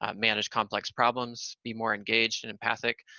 um manage complex problems, be more engaged and empathic,